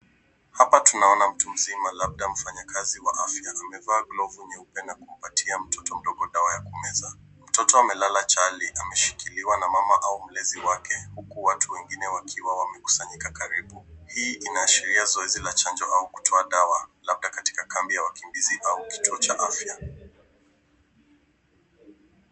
Hapa tunaona mtu mzima, labda mfanyakazi wa afya, amevaa glovu nyeupe na kumpatia mtoto mdogo dawa ya kumeza. Mtoto amelala chali ameshikiliwa na mama au mlezi wake huku watu wengine wakiwa wamekusanyika karibu. Hii inaashiria zoezi la chanjo au kutoa dawa katika kambi ya wakimbizi au kituo cha afya.